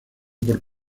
por